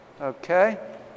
Okay